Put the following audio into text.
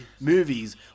movies